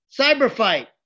CyberFight